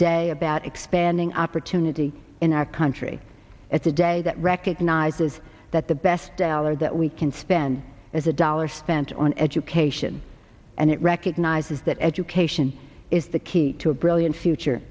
day about expanding opportunity in our country it's a day that recognizes that the best dollar that we can spend is a dollar spent on education and it recognizes that education is the key to a brilliant future